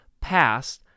past